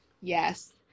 Yes